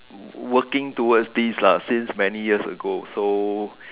working towards this lah since many years ago so